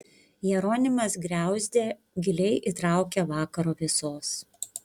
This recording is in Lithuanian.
jeronimas griauzdė giliai įtraukia vakaro vėsos